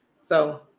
So-